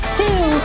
two